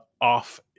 Off